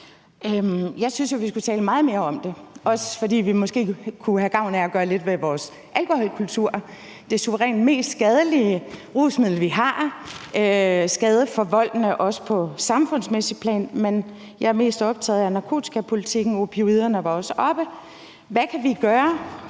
Jeg synes jo, vi skulle tale meget mere om rusmidler og narkotikapolitik, også fordi vi måske kunne have gavn af at gøre lidt ved vores alkoholkultur, det suverænt mest skadelige rusmiddel, vi har, skadeforvoldende, også på samfundsmæssige plan. Men jeg er mest optaget af narkotikapolitikken, og opioiderne var også oppe. Hvad kan vi gøre